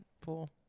pool